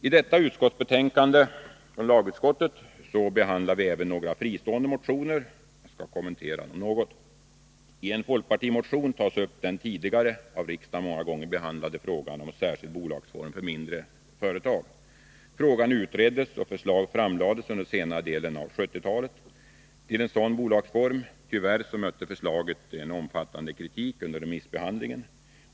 I detta utskottsbetänkande behandlas även några fristående motioner. I en folkpartimotion tas upp den av riksdagen många gånger tidigare behandlade frågan om särskild bolagsform för mindre företag. Frågan utreddes och förslag till en sådan bolagsform framlades under senare delen av 1970-talet. Tyvärr mötte förslaget en ganska omfattande kritik under remissbehandlingen.